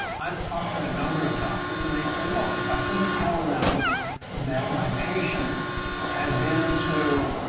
i've talked to a number of doctors, and they say, look, if i couldn't tell them that my patient had been to